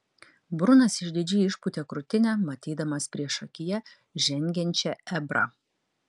brunas išdidžiai išpūtė krūtinę matydamas priešakyje žengiančią ebrą